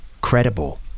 credible